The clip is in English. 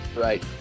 right